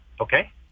Okay